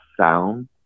sound